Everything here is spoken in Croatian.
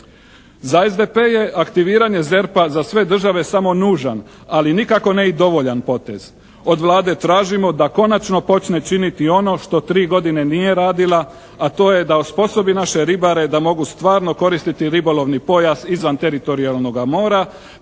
Za SDP je aktiviranje ZERP-a za sve države samo nužan ali nikako ne i dovoljan potez. Od Vlade tražimo da konačno počne činiti ono što tri godine nije radila a to je da osposobi naše ribare da mogu stvarno koristiti ribolovni pojas izvan teritorijalnoga mora